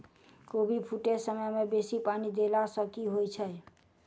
कोबी फूटै समय मे बेसी पानि देला सऽ की होइ छै?